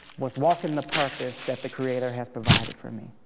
was walking the purpose that the creator has provided for me.